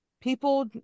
people